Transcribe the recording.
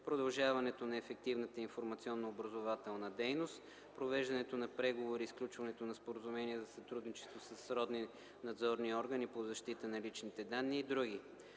продължаването на ефективната информационно-образователна дейност; провеждането на преговори и сключването на споразумения за сътрудничество със сродни надзорни органи по защита на личните данни и други.